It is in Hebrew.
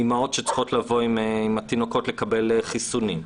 אימהות שצריכות לבוא עם תינוקות לקבל חיסונים.